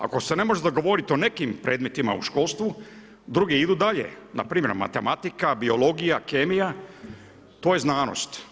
Ako se ne može dogovoriti o nekim predmetima u školstvu, drugi idu dalje, npr. matematika, biologija, kemija, to je znanost.